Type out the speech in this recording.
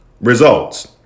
Results